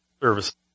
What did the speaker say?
service